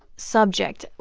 subject.